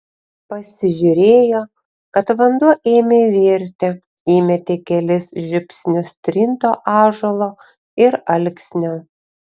pasižiūrėjo kad vanduo ėmė virti įmetė kelis žiupsnius trinto ąžuolo ir alksnio